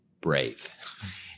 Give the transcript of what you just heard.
brave